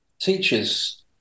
teachers